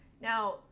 Now